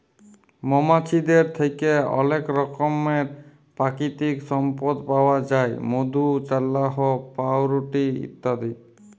মমাছিদের থ্যাকে অলেক রকমের পাকিতিক সম্পদ পাউয়া যায় মধু, চাল্লাহ, পাউরুটি ইত্যাদি